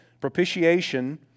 Propitiation